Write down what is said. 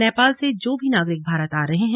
नेपाल से जो भी नागरिक भारत आ रहे हैं